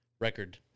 Record